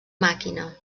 màquina